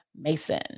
Mason